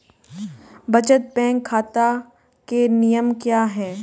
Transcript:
बचत बैंक खाता के नियम क्या हैं?